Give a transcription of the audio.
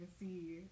see